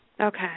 Okay